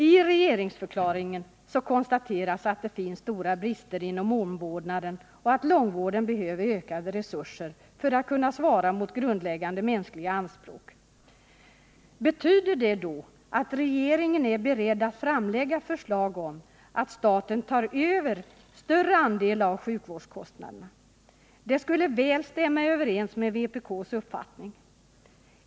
I regeringsförklaringen konstateras att det finns stora brister inom omvårdnaden och att långvården behöver ökade resurser för att kunna svara mot grundläggande mänskliga anspråk. Betyder det då att regeringen är beredd att framlägga förslag om att staten skall ta över en större andel av sjukvårdskostnaderna? Det skulle väl stämma överens med vpk:s uppfattning.